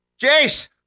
Jace